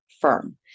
firm